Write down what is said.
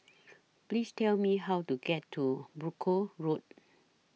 Please Tell Me How to get to Brooke Road